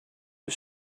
was